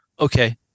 okay